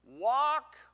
walk